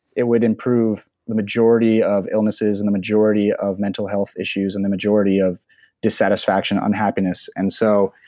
it would improve the majority of illnesses, and the majority of mental health issues and the majority of dissatisfaction, unhappiness and so,